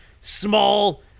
small